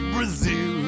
Brazil